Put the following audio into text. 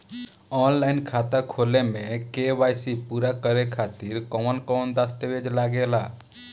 Online खाता खोले में के.वाइ.सी पूरा करे खातिर कवन कवन दस्तावेज लागे ला?